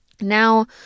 Now